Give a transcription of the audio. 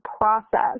process